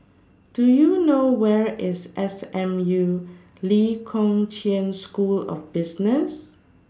Do YOU know Where IS S M U Lee Kong Chian School of Business